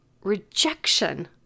Rejection